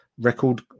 record